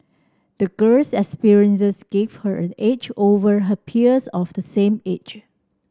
the girl's experiences gave her an edge over her peers of the same age